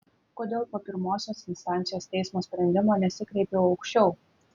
kodėl po pirmosios instancijos teismo sprendimo nesikreipiau aukščiau